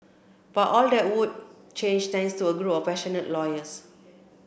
but all that would change thanks to a group of passionate lawyers